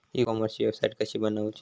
E कॉमर्सची website कशी बनवची?